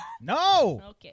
No